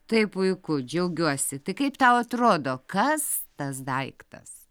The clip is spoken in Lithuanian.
tai puiku džiaugiuosi tai kaip tau atrodo kas tas daiktas